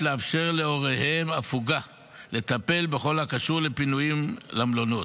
לאפשר להוריהם הפוגה לטפל בכל הקשור לפינוים למלונות.